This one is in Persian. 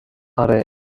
آره